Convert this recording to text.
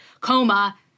coma